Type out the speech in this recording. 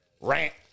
rant